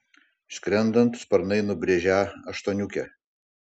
skrendant sparnai nubrėžią aštuoniukę